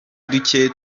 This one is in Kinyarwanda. duke